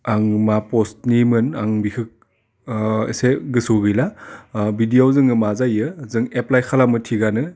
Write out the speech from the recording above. आं मा पस्टनिमोन आं बिखो एसे गोसोआव गैला बिदियाव जोङो मा जायो जों एप्लाइ खालामो थिगानो